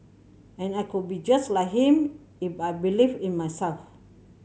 and I could be just like him if I believed in myself